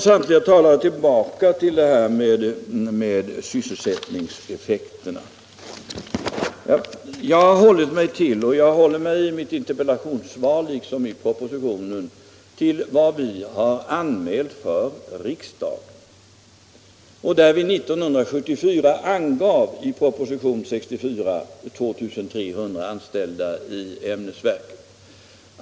Samtliga talare kommer tillbaka till sysselsättningseffekterna. I mitt interpellationssvar liksom i propositionen håller jag mig till vad vi har anmält för riksdagen. I propositionen nr 64 år 1974 angav vi 2 300 anställda i ämnesverket.